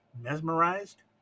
mesmerized